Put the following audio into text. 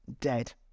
dead